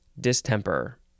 distemper